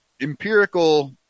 empirical